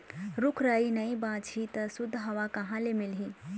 रूख राई नइ बाचही त सुद्ध हवा कहाँ ले मिलही